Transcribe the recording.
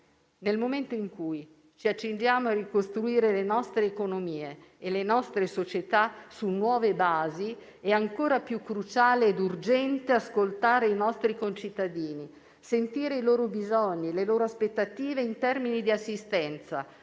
nel momento in cui ci accingiamo a ricostruire le nostre economie e le nostre società su nuove basi è ancora più cruciale e urgente ascoltare i nostri concittadini, sentire i loro bisogni, le loro aspettative in termini assistenza,